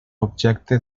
objecte